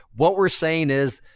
what we're saying is,